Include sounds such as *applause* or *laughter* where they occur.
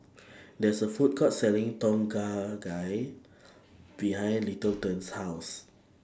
*noise* There IS A Food Court Selling Tom Kha Gai behind Littleton's House